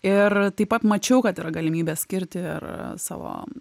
ir taip pat mačiau kad yra galimybė skirti ir savo